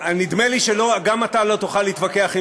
נדמה לי שגם אתה לא תוכל להתווכח עם